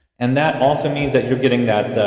and that also means that you're getting that,